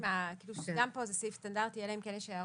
גם פה זה סעיף סטנדרטי, אלא אם כן יש הערות.